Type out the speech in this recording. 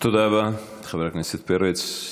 תודה רבה לחבר הכנסת פרץ.